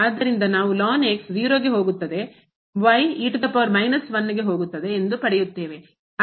ಆದ್ದರಿಂದ ನಾವು 0ಗೆ ಹೋಗುತ್ತದೆ ಗೆ ಹೋಗುತ್ತದೆ ಎಂದು ಪಡೆಯುತ್ತೇವೆ